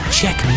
check